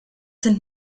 sind